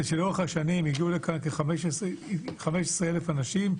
שלאורך השנים הגיעו לכאן כ-15 אלף אנשים,